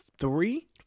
three